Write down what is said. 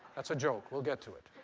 that's a joke. we'll get to it.